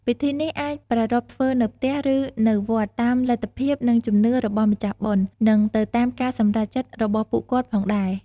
ពិធីនេះអាចប្រារព្ធធ្វើនៅផ្ទះ ឬនៅវត្ត តាមលទ្ធភាព និងជំនឿរបស់ម្ចាស់បុណ្យ និងទៅតាមការសម្រេចចិត្តរបស់ពួកគាត់ផងដែរ។